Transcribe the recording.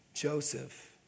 Joseph